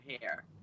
hair